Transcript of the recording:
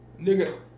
nigga